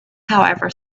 however